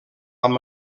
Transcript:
amb